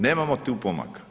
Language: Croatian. Nemamo tu pomaka.